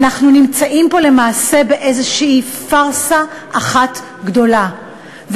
אנחנו נמצאים פה למעשה באיזו פארסה אחת גדולה,